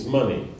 money